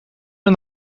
hun